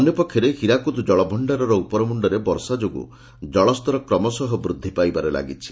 ଅନ୍ୟପକ୍ଷରେ ହୀରାକୃଦ ଜଳଭଣ୍ତାରର ଉପରମ୍ରଣ୍ଡରେ ବର୍ଷା ଯୋଗ୍ରଁ ଜଳସ୍ତର କ୍ରମଶଃ ବୃଦ୍ଧି ପାଇବାରେ ଲାଗିଛି